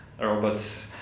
robots